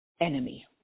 enemy